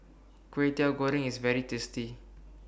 Kway Teow Goreng IS very tasty